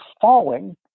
falling